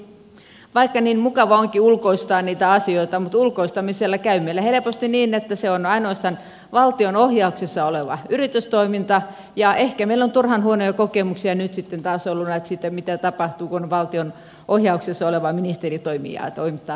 vaikka niin mukava onkin ulkoistaa niitä asioita niin ulkoistamisessa käy meille helposti niin että se on ainoastaan valtion ohjauksessa olevaa yritystoimintaa ja ehkä meillä on turhan huonoja kokemuksia nyt sitten taas ollut siitä mitä tapahtuu kun valtion ohjauksesta vastaava ministeri toimittaa ja hoitaa asioita